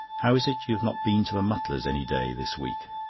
how is it you have not been to the mutlars' any day this week?